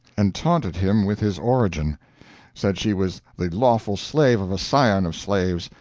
and taunted him with his origin said she was the lawful slave of a scion of slaves,